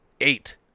Eight